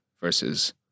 versus